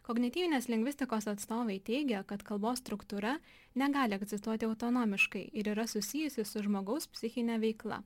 kognityvinės lingvistikos atstovai teigia kad kalbos struktūra negali egzistuoti autonomiškai ir yra susijusi su žmogaus psichine veikla